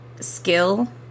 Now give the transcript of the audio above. skill